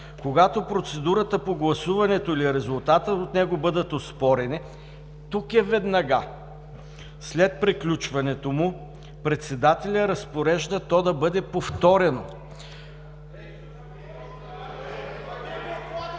„Когато процедурата по гласуването или резултатът от него бъдат оспорени тук и веднага, след приключването му, председателят разпорежда то да бъде повторено“.